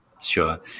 Sure